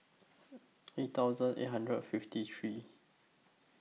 eight thousand eight hundred fifty three